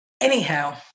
Anyhow